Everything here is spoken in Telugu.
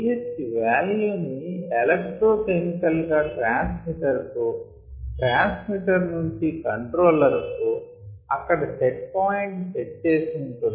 pH వాల్యుని ఎలెక్ట్రో కెమికల్ గా ట్రాన్సమీటర్ కు ట్రాన్సమీటర్ నుంచి కంట్రోలర్ కు అక్కడ సెట్ పాయింట్ సెట్ చేసి ఉంటుంది